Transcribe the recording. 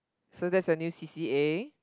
so that's your new C_C_A